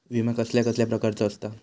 विमा कसल्या कसल्या प्रकारचो असता?